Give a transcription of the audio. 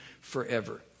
forever